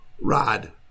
Rod